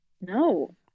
No